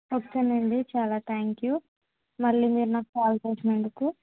ఓకేనండి చాలా thank you మళ్ళీ మీరు నాకు కాల్ చేసినందుకు